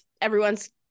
everyone's